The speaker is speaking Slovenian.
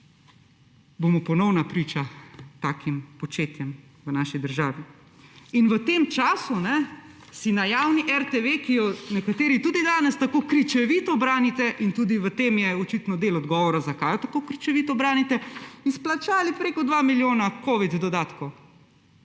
bomo ponovno priče takim početjem v naši državi. In v tem času so si na javni RTV, ki jo nekateri tudi danes tako krčevito branite – in tudi v tem je očitno del odgovora, zakaj jo tako krčevito branite – izplačali prek 2 milijona covid dodatkov.